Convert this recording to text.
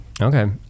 Okay